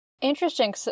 Interesting